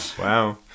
Wow